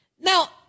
now